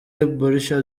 borussia